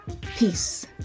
Peace